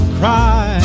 cry